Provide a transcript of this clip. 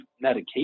medication